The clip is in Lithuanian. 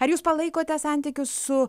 ar jūs palaikote santykius su